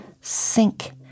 sink